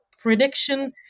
prediction